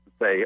say